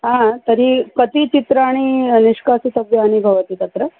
हा तर्हि कति चित्राणि निष्कासितव्यानि भवति तत्र